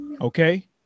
Okay